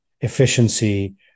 efficiency